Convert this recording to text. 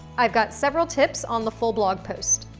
i've got several tips on the full blog post.